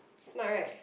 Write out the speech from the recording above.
smart right